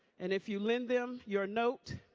and if you lend them your note,